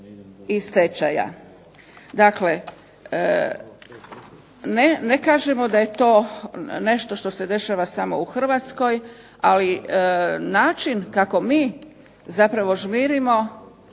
i stečaja. Dakle, ne kažemo da je to nešto što se dešava samo u Hrvatskoj, ali način kako mi zapravo žmirimo